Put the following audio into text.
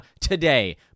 today